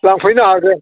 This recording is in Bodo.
लांफैनो हागोन